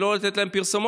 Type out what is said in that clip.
כדי לא לתת להם פרסום,